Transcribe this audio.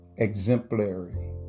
Exemplary